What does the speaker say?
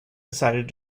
decided